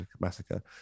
massacre